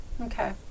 Okay